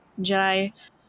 Jedi